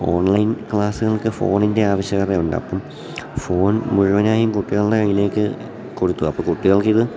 online ക്ലാസ്സുകൾക്ക് ഫോണിൻ്റെ ആവശ്യകതയുണ്ട് അപ്പം ഫോൺ മുഴുവനായും കുട്ടികളുടെ കൈയിലേക്ക് കൊടുത്തു അപ്പം കുട്ടികൾക്കിത്